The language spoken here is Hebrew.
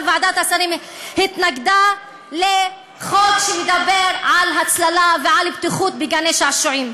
אבל ועדת השרים התנגדה לחוק שמדבר על הצללה ועל בטיחות בגני-שעשועים.